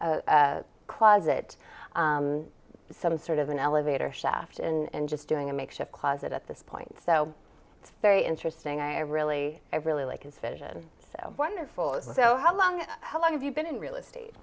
closet some sort of an elevator shaft and just doing a makeshift closet at this point so it's very interesting i really really like his vision so wonderful so how long how long have you been in real estate